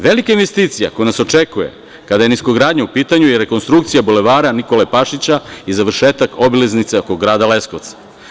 Velika investicija koja nas očekuje kada je niskogradnja u pitanju je rekonstrukcija Bulevara Nikole Pašića i završetak obilaznice oko grada Leskovca.